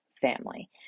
family